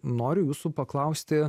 noriu jūsų paklausti